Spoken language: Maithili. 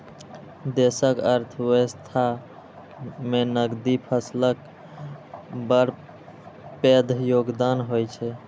देशक अर्थव्यवस्था मे नकदी फसलक बड़ पैघ योगदान होइ छै